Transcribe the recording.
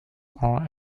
are